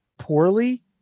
poorly